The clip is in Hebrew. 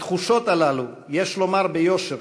התחושות הללו, יש לומר ביושר,